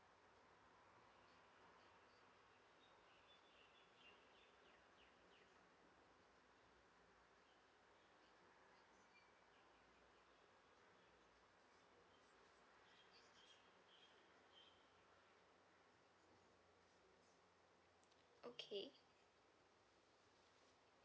okay